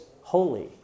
holy